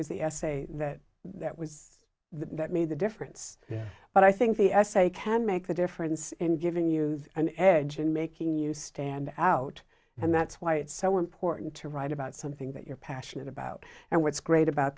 was the essay that that was that made the difference but i think the essay can make the difference in giving you an edge in making you stand out and that's why it's so important to write about something that you're passionate about and what's great about